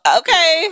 okay